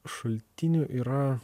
šaltinių yra